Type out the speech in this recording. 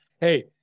Hey